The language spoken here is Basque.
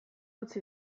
utzi